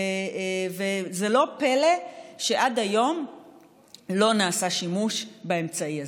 זה לא פלא שעד היום לא נעשה שימוש באמצעי הזה.